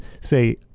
say